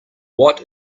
what